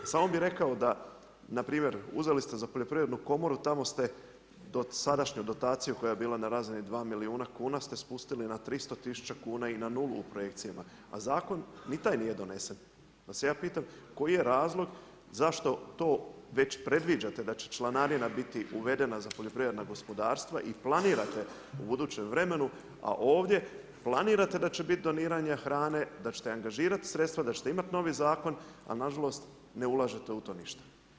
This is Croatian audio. Samo bi rekao da npr. uzeli ste za poljoprivrednu komoru, tamo ste sadašnju dotaciju koja je bila na razini 2 milijuna kuna ste spustili na 300 000 kuna i na 0 u projekcijama a zakon ni taj nije donesen pa se ja pitam koji je razlog zašto to već predviđate da će članarina biti uvedena za poljoprivredna gospodarstva i planirate u budućem vremenu, a ovdje planirate da će biti doniranja hrane, da ćete angažirati sredstva, da ćete imati novi zakon, a nažalost ne ulažete u to ništa.